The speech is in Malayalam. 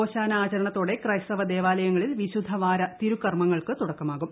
ഓശാന ആചരണത്തോടെ ക്രൈസ്തവ ദേവാലയങ്ങളിൽ വിശുദ്ധവാര തിരുക്കർമ്മങ്ങൾക്ക് തുടക്കമാകും